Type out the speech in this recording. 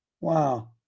wow